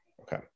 Okay